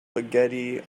spaghetti